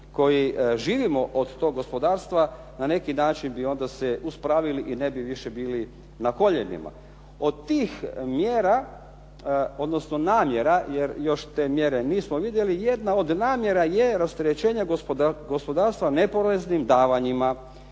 koji živimo od tog gospodarstva, na neki način bi onda se uspravili i ne bi više bili na koljenima. Od tih mjera odnosno namjera, jer još te mjere nismo vidjeli, jedna od namjera je rasterećenje gospodarstva neporeznim davanjima.